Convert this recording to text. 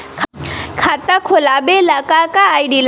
खाता खोलाबे ला का का आइडी लागी?